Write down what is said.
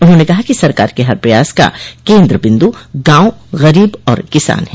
उन्होंने कहा कि सरकार के हर प्रयास का केन्द्र बिन्दु गांव गरीब और किसान हैं